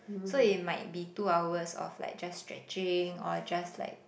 so it might be two hours of like just stretching or like just like